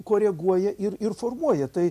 koreguoja ir ir formuoja tai